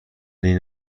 این